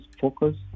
focus